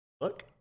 Look